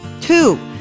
Two